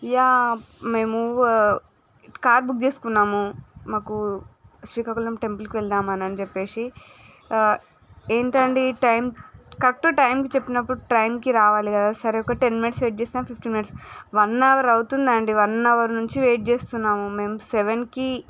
yeah మేము car book చేస్తున్నాము మాకు శ్రీకాకుళం టెంపుల్కి వెళదాం అని చెప్పి ఏంటి అండి టైం కరెక్ట్ టైంకి చెప్పినప్పుడు టైంకి రావాలి కదా సరే ఒక టెన్ మినిట్స్ వెయిట్ చేస్తాం ఫిఫ్టీన్ మినిట్స్ వన్ అవర్ అవుతుంది అండి వన్ అవర్ నుంచి వెయిట్ చేస్తున్నాము మేం సెవెన్కి